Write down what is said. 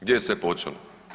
Gdje je sve počelo?